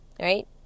right